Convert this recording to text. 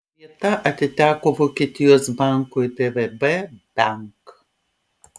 vieta atiteko vokietijos bankui dvb bank